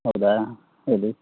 ಹೌದಾ ಹೇಳಿ